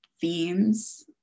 themes